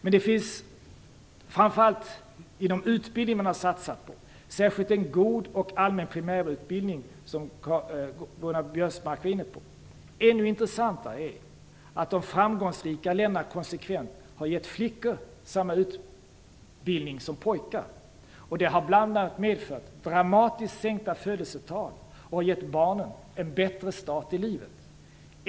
Man har framför allt satsat på utbildning, särskilt en god och allmän primärutbildning, som Karl-Göran Biörsmark var inne på. Ännu intressantare är att de framgångsrika länderna konsekvent har gett flickor samma utbildning som pojkar. Det har bl.a. medfört dramatiskt sänkta födelsetal och gett barnen en bättre start i livet.